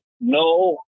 no